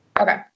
Okay